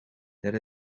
that